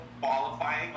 qualifying